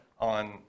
on